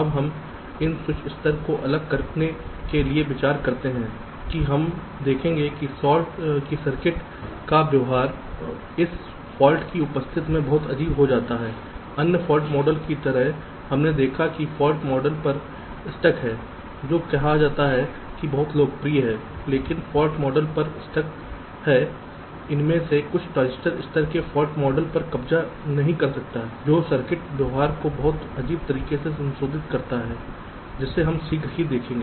अब हम इन स्विच स्तर को अलग करने के लिए विचार करते हैं कि हम देखेंगे कि सर्किट का व्यवहार इस फॉल्ट की उपस्थिति में बहुत अजीब हो जाता है अन्य फॉल्ट मॉडल की तरह हमने देखा कि फाल्ट मॉडल पर स्टक है जो कहा जाता है कि बहुत लोकप्रिय है लेकिन फॉल्ट मॉडल पर स्टक है इनमें से कुछ ट्रांजिस्टर स्तर की फॉल्ट मॉडल पर कब्जा नहीं कर सकता है जो सर्किट व्यवहार को बहुत अजीब तरीके से संशोधित करता है जिसे हम शीघ्र ही देखेंगे